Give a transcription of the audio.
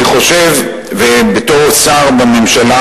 בתור שר בממשלה,